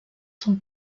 son